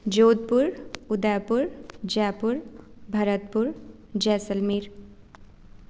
Jodhpur Udaipur Jaipur Bharatpur Jaisalmer